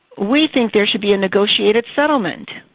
we think there should be a negotiated settlement.